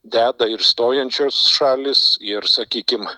deda ir stojančios šalys ir sakykim